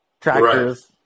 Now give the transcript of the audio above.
Tractors